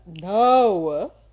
no